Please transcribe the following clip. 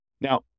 Now